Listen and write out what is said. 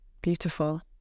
Beautiful